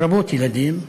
לרבות ילדים.